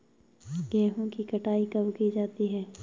गेहूँ की कटाई कब की जाती है?